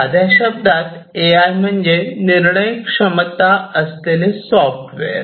साध्या शब्दात A I म्हणजे निर्णय क्षमता असलेले सॉफ्टवेअर